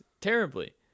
terribly